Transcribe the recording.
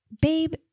babe